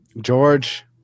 George